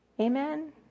Amen